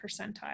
percentile